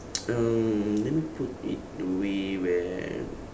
um let me put it in a way where